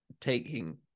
taking